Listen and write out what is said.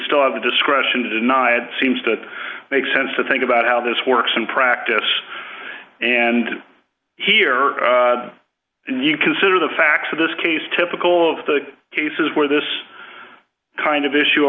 still have the discretion to deny it seems to make sense to think about how this works in practice and here and you consider the facts of this case typical of the cases where this kind of issue